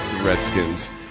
Redskins